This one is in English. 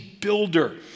builder